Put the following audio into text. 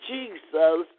Jesus